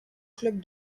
club